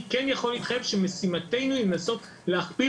אני כן יכול להתחייב שמשימתנו היא בסוף להכפיל